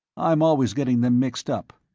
i'm always getting them mixed up.